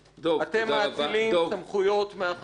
אתם מאצילים סמכויות לגופים שלישיים.